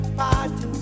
party